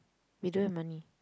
we don't have money